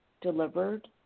delivered